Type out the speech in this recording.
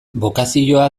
bokazioa